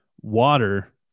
water